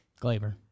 Glaber